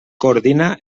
coordina